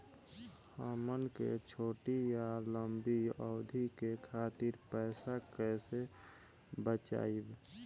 हमन के छोटी या लंबी अवधि के खातिर पैसा कैसे बचाइब?